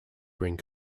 bring